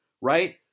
right